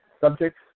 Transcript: subjects